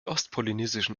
ostpolynesischen